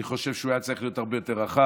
אני חושב שהוא היה צריך להיות הרבה יותר רחב.